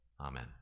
Amen